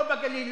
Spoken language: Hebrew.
לא בגליל,